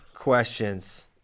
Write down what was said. Questions